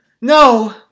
No